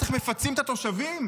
איך מפצים את התושבים?